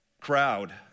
crowd